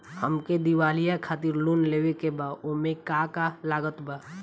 हमके दिवाली खातिर लोन लेवे के बा ओमे का का लागत बा?